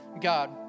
God